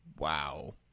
Wow